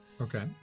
Okay